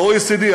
ה-OECD,